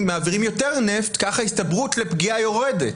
יותר נפט כך ההסתברות לפגיעה יורדת.